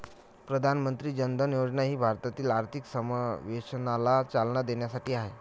प्रधानमंत्री जन धन योजना ही भारतातील आर्थिक समावेशनाला चालना देण्यासाठी आहे